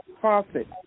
profit